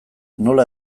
nola